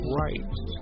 rights